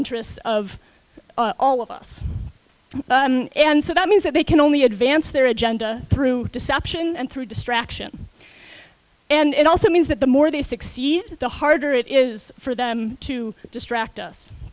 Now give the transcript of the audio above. interests of all of us and so that means that they can only advance their agenda through deception and through distraction and it also means that the more they succeed the harder it is for them to distract us